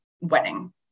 wedding